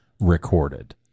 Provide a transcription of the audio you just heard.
recorded